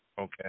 Okay